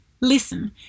listen